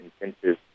intensive